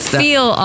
feel